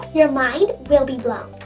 your mind will be blown.